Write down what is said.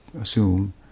assume